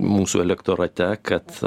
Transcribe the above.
mūsų elektorate kad